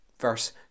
Verse